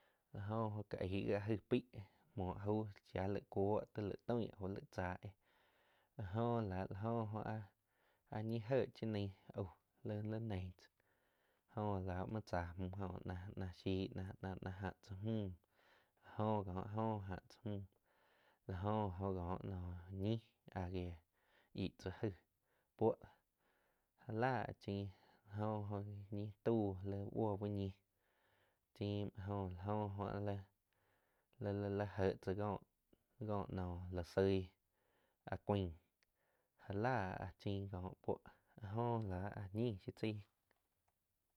Aig la jo oh ka aig gii áh aig peih muoh au shia laig cuoh laig toi au laig cháh éh la go lá go áh ñi jé cha nain au li neig tzáh jo la muo tzá mju jo na-na shii na-na jáh tzá mju jo gi áh joh já tzá mju la jo gi oh ko noh ñi ah giéh yíh tzá aig puo de já láh chinn jo oh ñi tau li buoh úh ñih chim muoh áh jo la oh jo a lai-lai je tzá kóh nó la soig áh cuian ja láh a chinn kóh puo áh joh la áh ñiin shiu tzaí.